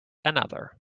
another